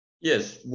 Yes